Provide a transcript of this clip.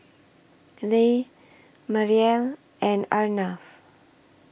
Les Mariel and Arnav